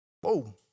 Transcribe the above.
Whoa